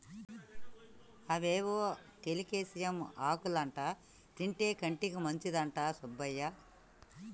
అవేవో కోలేకేసియం ఆకులంటా తింటే కంటికి మంచిదంట సుబ్బయ్య